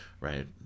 right